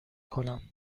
کنم